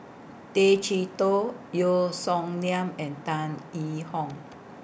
Tay Chee Toh Yeo Song Nian and Tan Yee Hong